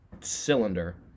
cylinder